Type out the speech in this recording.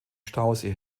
stausee